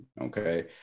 Okay